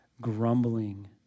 grumbling